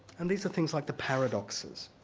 and these are things like the paradoxes.